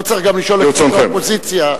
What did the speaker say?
לא צריך לשאול את חברי האופוזיציה.